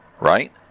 right